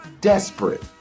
desperate